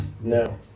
No